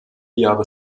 jahre